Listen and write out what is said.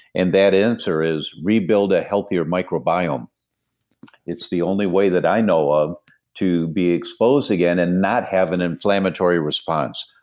and that answer is, rebuild a healthier microbiome it's the only way that i know of to be exposed again and not have an inflammatory response,